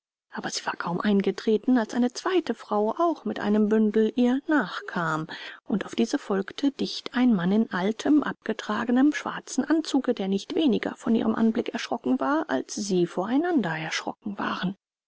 aber sie war kaum eingetreten als eine zweite frau auch mit einem bündel ihr nachkam und auf diese folgte dicht ein mann in altem abgetragenem schwarzen anzuge der nicht weniger von ihrem anblick erschrocken war als sie vor einander erschrocken waren